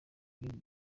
ibindi